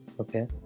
Okay